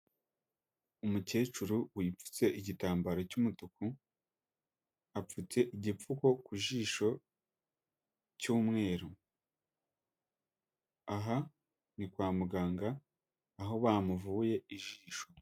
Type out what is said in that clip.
Umukecuru wipfutse igitambaro cy'umutuku, apfutse igipfuko ku jisho cy'umweru, aha ni kwa muganga aho bamuvuye ijisho.